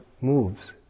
moves